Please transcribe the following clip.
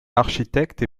architecte